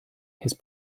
his